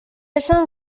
esan